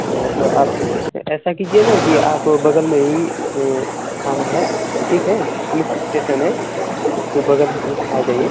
हाँ तो आप ऐसा कीजिए न कि आप बगल में ही थाना है ठीक है पुलिस इस्टेसन है तो बगल में आ जाइए